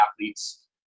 athletes